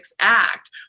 Act